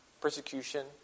Persecution